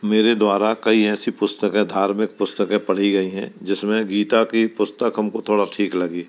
मेरे द्वारा कई ऐसी पुस्तके धार्मिक पुस्तके पढ़ी गई हैं जिसमे गीता की पुस्तक हमको थोड़ा ठीक लगी